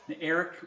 Eric